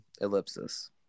ellipsis